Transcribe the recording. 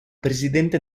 presidente